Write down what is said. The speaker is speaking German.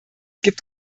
gibt